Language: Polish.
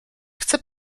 chce